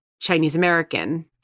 Chinese-American